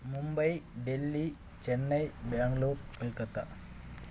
Mumbai Delhi Chennai Bangalore Kolkata